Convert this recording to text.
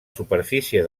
superfície